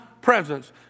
presence